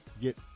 get